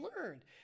learned